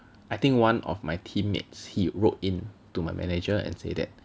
I think one of my teammates he wrote in to my manager and say that